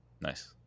Nice